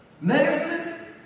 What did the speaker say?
Medicine